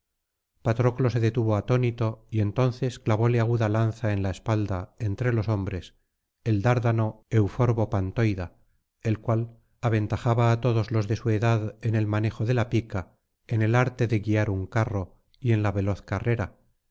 patroclo se detuvo atónito y entonces clavóle aguda lanza en la espalda entre los hombros el dárdano euforbo pantoida el cual aventajaba á todos los de su edad en el manejo de la pica en el arte de guiar un carro y en la veloz carrera